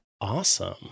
Awesome